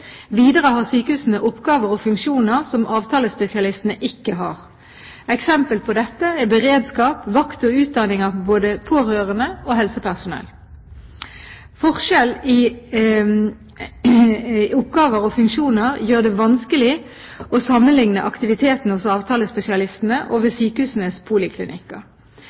Videre har sykehusene oppgaver og funksjoner som avtalespesialistene ikke har. Eksempler på dette er beredskap, vakt og utdanning av både pårørende og helsepersonell. Forskjell i oppgaver og funksjoner gjør det vanskelig å sammenlikne aktiviteten hos avtalespesialistene og aktiviteten ved sykehusenes poliklinikker.